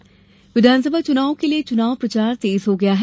चुनाव दौरे विघानसभा चुनाव के लिए चुनाव प्रचार तेज हो गया है